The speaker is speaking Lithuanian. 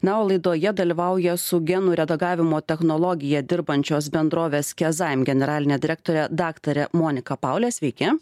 na o laidoje dalyvauja su genų redagavimo technologija dirbančios bendrovės kezaim generalinė direktorė daktarė monika paulė sveiki